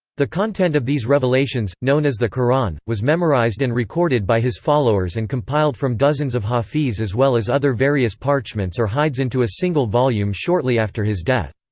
the content of these revelations, known as the qur'an, was memorized and recorded by his followers and compiled from dozens of hafiz as well as other various parchments or hides into a single volume shortly after his death.